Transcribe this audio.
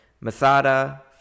Masada